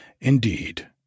Indeed